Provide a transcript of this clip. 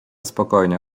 spokojnie